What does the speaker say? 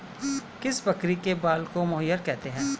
किस बकरी के बाल को मोहेयर कहते हैं?